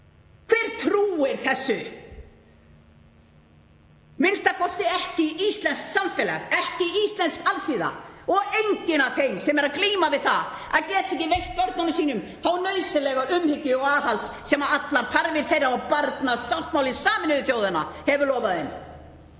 hver trúir þessu? A.m.k. ekki íslenskt samfélag, ekki íslensk alþýða og enginn af þeim sem er að glíma við það að geta ekki veitt börnunum sínum þá nauðsynlegu umhyggju og aðhald sem allar þarfir þeirra og barnasáttmáli Sameinuðu þjóðanna hefur lofað